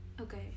Okay